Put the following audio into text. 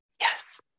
Yes